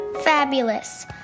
Fabulous